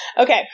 Okay